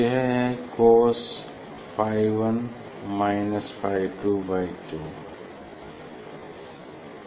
यह है cos phi 1 minus phi 2 by 2 है